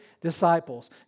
disciples